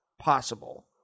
possible